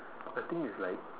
I think it's like